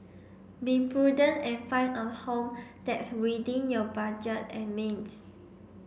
be prudent and find a home that's within your budget and means